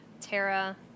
Tara